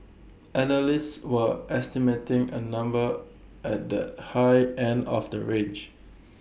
analysts were estimating A number at the high end of the range